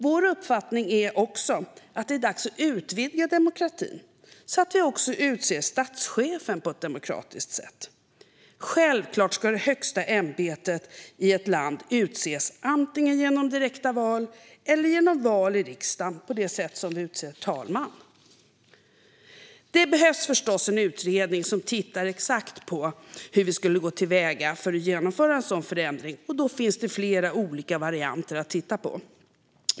Vår uppfattning är också att det är dags att utvidga demokratin så att vi även utser statschefen på ett demokratiskt sätt. Självklart ska man till det högsta ämbetet i ett demokratiskt land utses antingen genom direkta val eller genom val i riksdagen på det sätt vi utser talman. Det behövs förstås en utredning som tittar på exakt hur vi skulle kunna gå till väga för att genomföra en sådan förändring, och då finns det flera olika varianter att utreda.